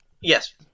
Yes